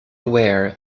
aware